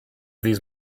these